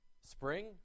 Spring